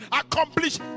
Accomplish